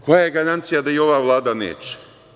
Koja je garancija da i ova Vlada neće.